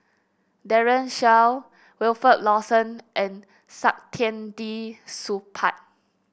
Daren Shiau Wilfed Lawson and Saktiandi Supaat